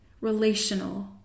relational